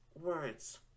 words